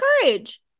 courage